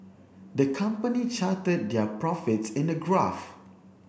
the company charted their profits in a graph